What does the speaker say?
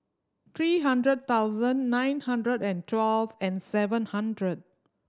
three hundred thousand nine hundred and twelve and seven hundred